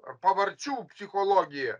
ar pavarčių psichologija